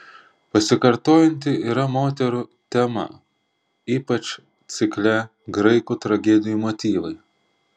pasikartojanti yra moterų tema ypač cikle graikų tragedijų motyvai